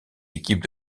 équipes